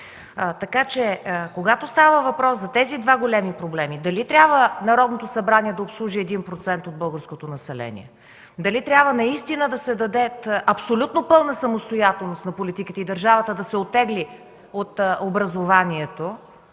опит. Когато става въпрос за тези два големи проблема – дали трябва Народното събрание да обслужи 1% от българското население, дали трябва наистина да се даде абсолютно пълна самостоятелност на политиките, държавата да се оттегли от образованието